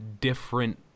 different